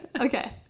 okay